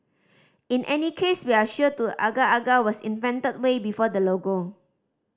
in any case we are sure to agar agar was invented way before the logo